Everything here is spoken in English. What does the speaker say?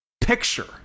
Picture